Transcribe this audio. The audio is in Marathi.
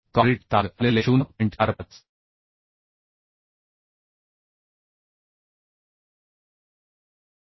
काँक्रीटची ताकद असलेले 0